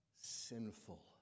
sinful